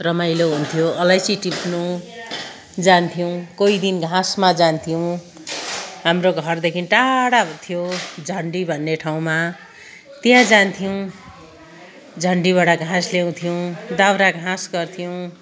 रमाइलो हुन्थ्यो अलैँची टिप्नु जान्थ्यौँ कोही दिन घाँसमा जान्थ्यौँ हाम्रो घरदेखि टाढा हुन्थ्यो झन्डी भन्ने ठाउँमा त्यहाँ जान्थ्यौँ झन्डीबाट घाँस ल्याउँथ्यौँ दाउरा घाँस गर्थ्यौँ